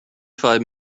five